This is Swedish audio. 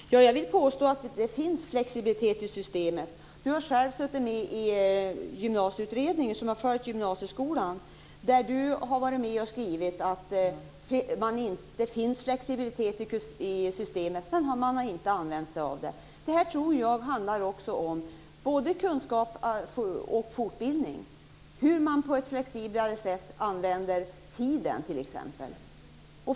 Herr talman! Jag vill påstå att det finns flexibilitet i systemet. Ulf Melin har ju själv suttit med i Gymnasieutredningen, som har följt gymnasieskolan, och har skrivit att det finns flexibilitet i systemet men att man inte använt sig av den möjligheten. Jag tror att det handlar om både kunskaper och fortbildning. Det handlar t.ex. om hur man på ett flexiblare sätt använder tiden.